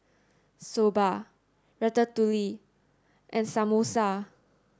Soba Ratatouille and Samosa